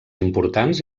importants